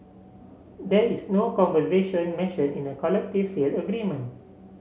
there is no conservation mentioned in the collective sale agreement